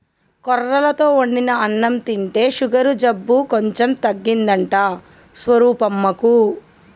కొర్రలతో వండిన అన్నం తింటే షుగరు జబ్బు కొంచెం తగ్గిందంట స్వరూపమ్మకు